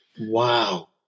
wow